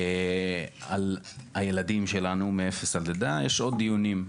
על הילדים שלנו מאפס עד לידה, יש עוד דיונים.